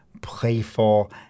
playful